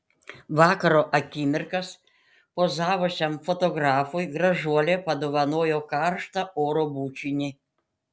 vakaro akimirkas pozavusiam fotografui gražuolė padovanojo karštą oro bučinį